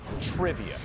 trivia